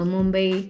Mumbai